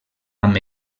amb